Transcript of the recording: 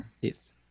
Yes